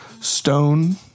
stone